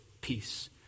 peace